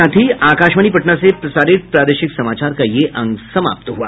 इसके साथ ही आकाशवाणी पटना से प्रसारित प्रादेशिक समाचार का ये अंक समाप्त हुआ